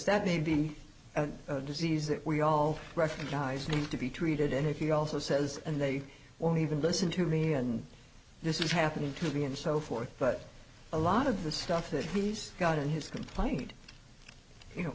that may be a disease that we all recognize need to be treated and he also says and they won't even listen to me and this is happening to me and so forth but a lot of the stuff that he's got in his complaint you know